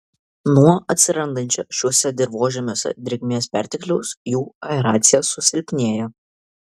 nuo atsirandančio šiuose dirvožemiuose drėgmės pertekliaus jų aeracija susilpnėja